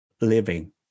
living